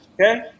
Okay